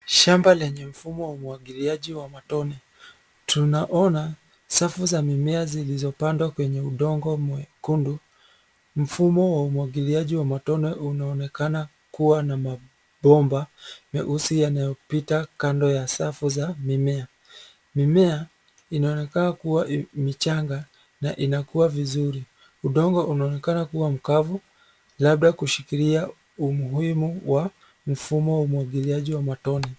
Shamba lenye mfumo wa umwagiliaji wa matone. Tunaona safu za mimea zilizopandwa kwenye udongo mwekundu. Mfumo wa umwagiliaji wa matone unaonekana kuwa na mabomba meusi yanayopita kando ya safu za mimea. Mimea inaonekana kuwa michanga na inakua vizuri. Udongo unaonekana kuwa mkavu, labda kushikilia umuhimu wa mfumo wa umwagiliaji wa matone.